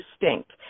distinct